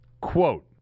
quote